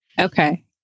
Okay